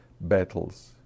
battles